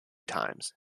times